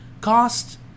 cost